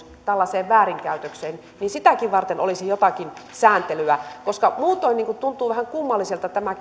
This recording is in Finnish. tällaiseen väärinkäytökseen varten olisi jotakin sääntelyä muutoin tuntuu vähän kummalliselta tämä